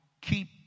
keep